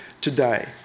today